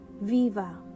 Viva